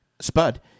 spud